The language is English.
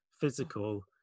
physical